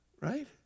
Right